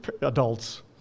adults